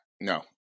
no